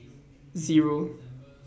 Zero